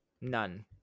none